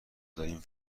داریم